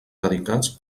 dedicats